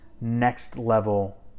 next-level